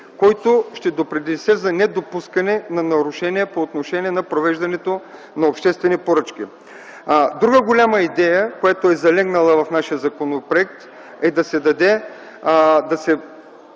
който ще допринесе за недопускане на нарушения по отношение на провеждането на обществени поръчки. Друга голяма идея, която е залегнала в нашия законопроект, е да се увеличат